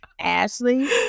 Ashley